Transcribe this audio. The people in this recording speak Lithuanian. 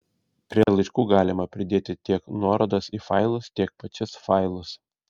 prie laiškų galima pridėti tiek nuorodas į failus tiek pačius failus